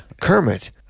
kermit